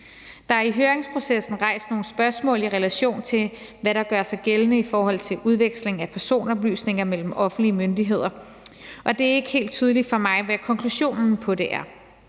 Der er i høringsprocessen rejst nogle spørgsmål, i relation til hvad der gør sig gældende i forhold til udveksling af personoplysninger mellem offentlige myndigheder, og det er ikke helt tydeligt for mig, hvad konklusionen på det er.